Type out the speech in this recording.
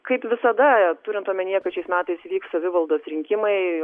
kaip visada turint omenyje kad šiais metais vyks savivaldos rinkimai